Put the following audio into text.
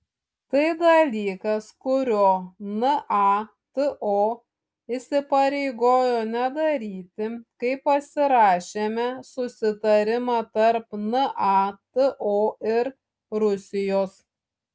tai dalykas kurio nato įsipareigojo nedaryti kai pasirašėme susitarimą tarp nato ir rusijos